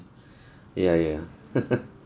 ya ya